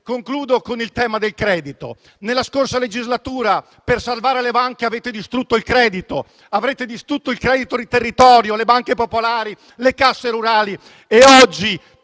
Concludo con il tema del credito. Nella scorsa legislatura per salvare le banche avete distrutto il credito, il credito del territorio, le banche popolari, le casse rurali e oggi